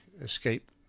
escape